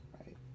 right